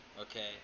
okay